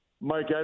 Mike